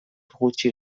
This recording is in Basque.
gutxi